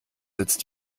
setzt